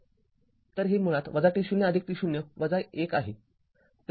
तर हे मुळात t0t0 १ आहे